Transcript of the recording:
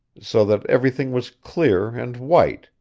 so that everything was clear and white,